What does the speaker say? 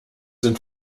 sind